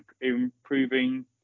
improving